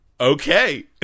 okay